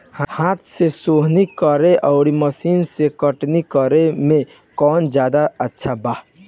हाथ से सोहनी करे आउर मशीन से कटनी करे मे कौन जादे अच्छा बा?